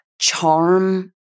charm